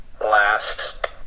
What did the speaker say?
last